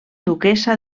duquessa